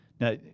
Now